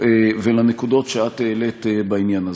ולנקודות שאת העלית בעניין הזה.